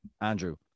Andrew